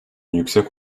yüksek